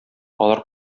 алар